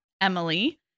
Emily